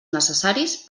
necessaris